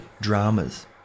dramas